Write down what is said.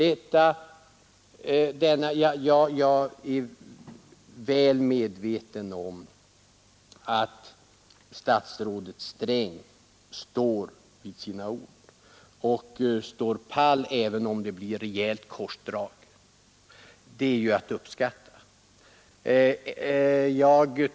Jag är medveten om att statsrådet Sträng står vid sina ord även om det blir rejält korsdrag, vilket man bör uppskatta.